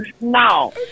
No